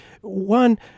One